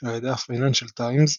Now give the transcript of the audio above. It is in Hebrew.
על ידי הפייננשל טיימס,